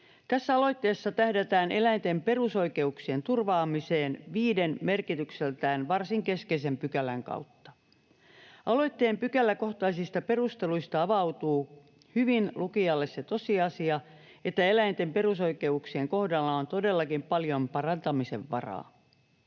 Tässä aloitteessa tähdätään eläinten perusoikeuksien turvaamiseen viiden merkitykseltään varsin keskeisen pykälän kautta. Aloitteen pykäläkohtaisista perusteluista avautuu hyvin lukijalle se tosiasia, että eläinten perusoikeuksien kohdalla on todellakin paljon parantamisen varaa.